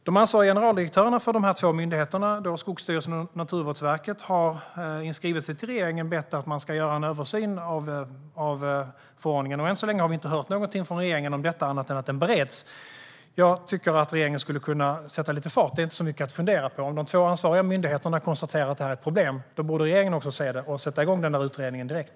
De ansvariga generaldirektörerna för de båda myndigheterna Skogsstyrelsen och Naturvårdsverket har i en skrivelse till regeringen bett att den ska göra en översyn av förordningen. Än så länge har vi inte hört något från regeringen om detta annat än att det bereds. Jag tycker att regeringen skulle kunna sätta lite fart. Det är inte så mycket att fundera över. Om de två ansvariga myndigheterna konstaterar att det finns ett problem borde regeringen också se det och sätta igång utredningen direkt.